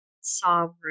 sovereign